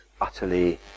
utterly